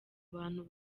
abantu